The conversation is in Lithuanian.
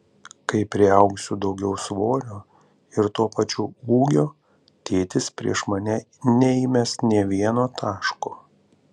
kai priaugsiu daugiau svorio ir tuo pačiu ūgio tėtis prieš mane neįmes nė vieno taško